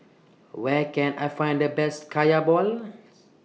Where Can I Find The Best Kaya Balls